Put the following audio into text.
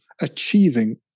achieving